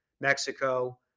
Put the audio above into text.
Mexico